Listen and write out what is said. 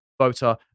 voter